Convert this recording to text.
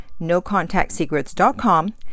nocontactsecrets.com